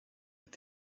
with